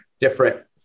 different